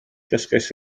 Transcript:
dysgais